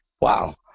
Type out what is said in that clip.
Wow